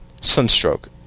sunstroke